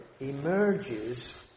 emerges